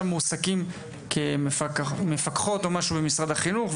הן מועסקות כמפקחות או משהו במשרד החינוך.